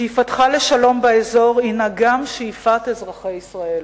שאיפתך לשלום באזור הינה גם שאיפת אזרחי ישראל.